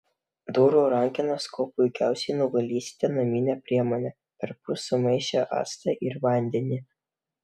durų rankenas kuo puikiausiai nuvalysite namine priemone perpus sumaišę actą ir vandenį